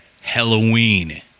Halloween